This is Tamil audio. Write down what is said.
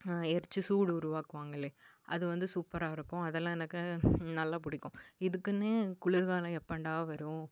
எரித்து சூடு உருவாக்குவாங்களே இல்லை அது வந்து சூப்பராக இருக்கும் அதெல்லாம் எனக்கு நல்லா பிடிக்கும் இதுக்குன்னே குளிர்காலம் எப்பன்டா வரும்